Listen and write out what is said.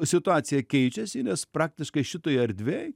situacija keičiasi nes praktiškai šitoj erdvėj